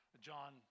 John